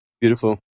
Beautiful